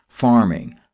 farming